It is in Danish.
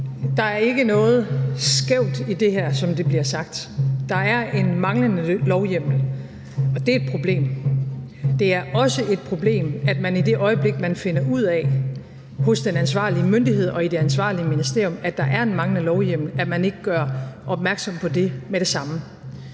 Der er ikke noget skævt i det her, som der bliver sagt. Der er en manglende lovhjemmel, og det er et problem. Det er også et problem, at man i det øjeblik, man finder ud af hos den ansvarlige myndighed og i det ansvarlige ministerium, at der er en manglende lovhjemmel, ikke gør opmærksom på det med det samme.